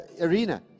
arena